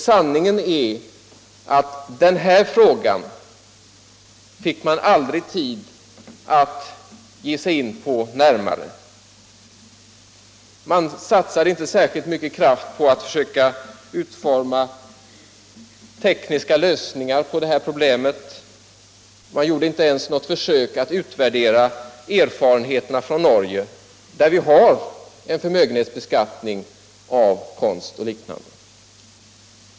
Sanningen är att den aldrig fick tid att närmare ge sig in på den här frågan. Utredningen satsade inte särskilt mycket kraft på att försöka utforma tekniska lösningar på det här problemet. Den gjorde inte ens något försök att utvärdera erfarenheterna från Norge, där man har en förmögenhetsbeskattning av konst och liknande.